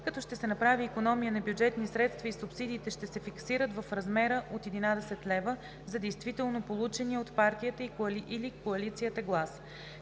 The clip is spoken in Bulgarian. като ще се направи икономия на бюджетни средства и субсидиите ще се фиксират в размера от 11 лв. за действително получения от партията или коалицията глас.